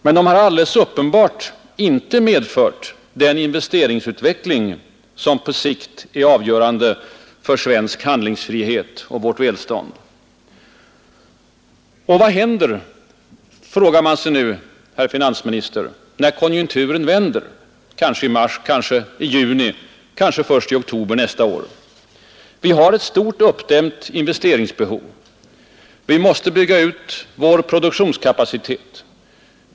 Men de har alldeles uppenbart inte medfört den investeringsutveckling, som på sikt är avgörande för svensk handlingsfrihet och vårt välstånd. Vad händer — frågar man sig nu, herr finansminister — när konjunkturen vänder? Kanske i mars, kanske i juni, kanske först i oktober nästa år. Vi har ett stort uppdämt investeringsbehov. Vi måste bygga ut vår produktionskapacitet.